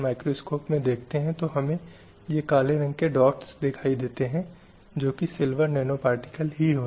कानून के समक्ष सभी समान हैं और कानून के समान संरक्षण के लिए बिना किसी भेदभाव के हकदार हैं इसलिए अनुच्छेद 7